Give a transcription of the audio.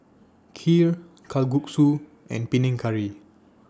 Kheer Kalguksu and Panang Curry